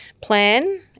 plan